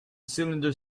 cylinder